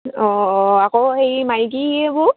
অঁ অঁ আকৌ হেৰি মাইকীবোৰ